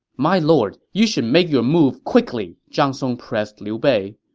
my lord, you should make your move quickly, zhang song pressed liu bei.